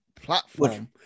platform